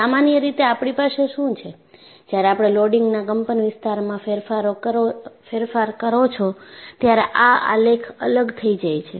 સામાન્ય રીતે આપણી પાસે શું છે જ્યારે આપણે લોડિંગના કંપનવિસ્તારમાં ફેરફાર કરો છો ત્યારે આ આલેખ અલગ થઈ જાય છે